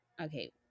okay